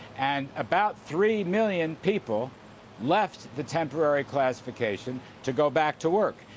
and about three million people left the temporary classification to go back to work.